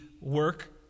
work